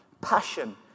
passion